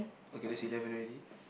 okay that's eleven already